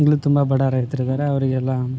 ಈಗ್ಲೂ ತುಂಬ ಬಡ ರೈತರಿದ್ದಾರೆ ಅವರಿಗೆಲ್ಲ